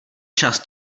čas